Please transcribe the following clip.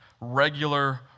regular